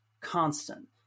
constant